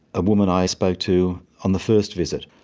a woman i spoke to on the first visit.